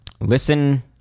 listen